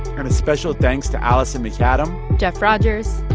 and a special thanks to alison macadam jeff rogers.